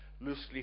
loosely